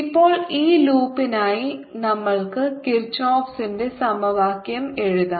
ഇപ്പോൾ ഈ ലൂപ്പിനായി നമ്മൾക്ക് കിർചോഫിന്റെ Kirchhoff's സമവാക്യം എഴുതാം